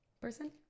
person